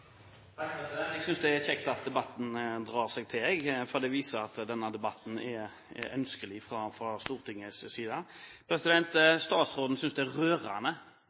kjekt at debatten drar seg til, for det viser at denne debatten er ønskelig fra Stortingets side. Statsråden synes det er